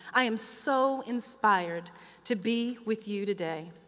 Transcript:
i am so inspired to be with you today.